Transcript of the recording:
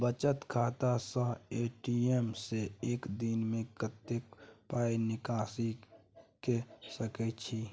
बचत खाता स ए.टी.एम से एक दिन में कत्ते पाई निकासी के सके छि?